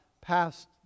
passed